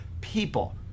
people